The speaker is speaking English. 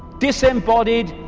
disembodied,